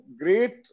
great